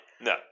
No